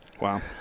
wow